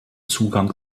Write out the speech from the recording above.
zugang